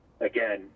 again